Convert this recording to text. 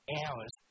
hours